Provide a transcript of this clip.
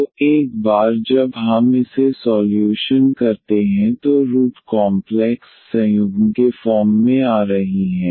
तो एक बार जब हम इसे सॉल्यूशन करते हैं तो रूट 112i 2i कॉम्प्लेक्स संयुग्म के फॉर्म में आ रही हैं